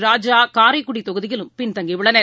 ராசா காரைக்குடி தொகுதியிலும் பின்தங்கியுள்ளனர்